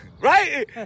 right